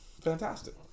Fantastic